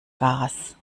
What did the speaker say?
gas